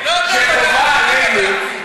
שחובה עלינו,